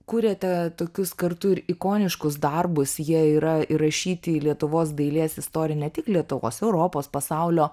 kuriate tokius kartu ir ikoniškus darbus jie yra įrašyti į lietuvos dailės istorin ne tik lietuvos europos pasaulio